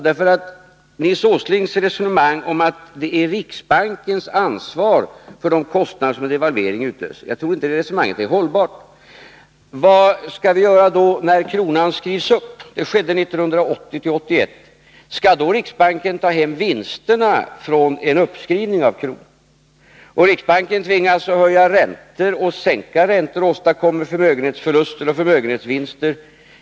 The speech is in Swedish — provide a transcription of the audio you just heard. Nils Åslings resonemang om att riksbanken har ansvaret för de kostnader som devalveringar utlöser är inte hållbart. Vad skall vi då göra när kronan skrivs upp? Det skedde 1980-1981. Skall då riksbanken ta hem vinsterna av en uppskrivning av kronan? Skall riksbanken tvingas att höja räntor, sänka räntor och åstadkomma förmögenhetsförluster och förmögenhetsvinster?